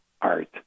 art